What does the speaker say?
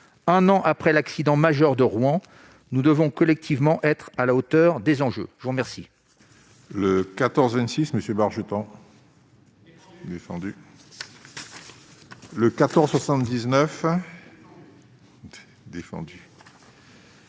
Un an après l'accident majeur de Rouen, nous devons collectivement être à la hauteur des enjeux. La parole